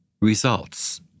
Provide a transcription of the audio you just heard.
Results